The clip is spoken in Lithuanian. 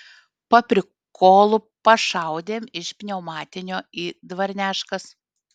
paprikolu pašaudėm iš pniaumatinio į dvarneškas